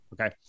okay